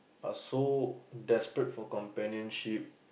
are so desperate for companionship